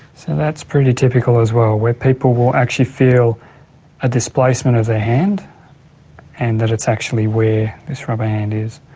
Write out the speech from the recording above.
so that's pretty typical as well, where people will actually feel a displacement of the hand and that it's actually where this rubber hand is.